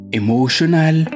emotional